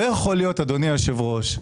אדוני היושב-ראש,